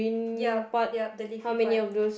yup yup the leafy part